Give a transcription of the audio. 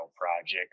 project